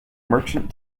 merchant